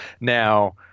now